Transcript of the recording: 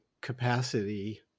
capacity